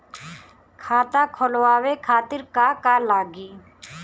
खाता खोलवाए खातिर का का लागी?